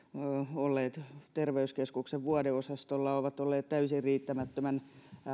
olleet terveyskeskuksen vuodeosastolla ovat olleet täysin riittämättömän